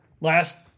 Last